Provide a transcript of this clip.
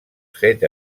set